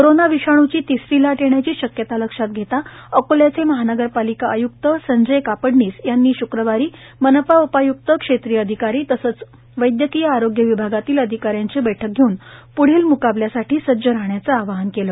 corona विषाणूची तिसरी लाट येण्याची शक्यता लक्षात घेता अकोल्याचे महानगरपालिका आय्क्त संजय कापडणीस यांनी श्क्रवारी मनपा उपाआय्क्त क्षेत्रीय अधिकारी तसेच वैदयकीय आरोग्य विभागातील अधिकाऱ्यांची बैठक घेऊन प्ढच्या म्काबल्यासाठी सज्ज राहण्याचे आवाहन केले